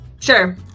Sure